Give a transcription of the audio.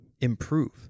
improve